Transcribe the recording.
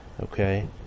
okay